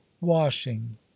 washing